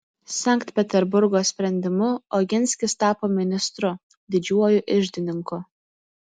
sankt peterburgo sprendimu oginskis tapo ministru didžiuoju iždininku